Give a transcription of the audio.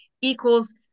equals